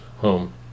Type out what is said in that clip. home